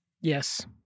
Yes